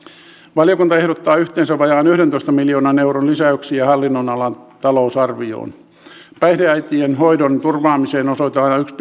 valiokunta ehdottaa yhteensä vajaan yhdentoista miljoonan euron lisäyksiä hallinnonalan talousarvioon päihdeäitien hoidon turvaamiseen osoitetaan yksi